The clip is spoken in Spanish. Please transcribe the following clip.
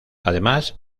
además